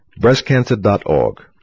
Breastcancer.org